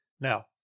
Now